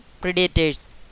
predators